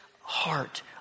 heart